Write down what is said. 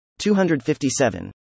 257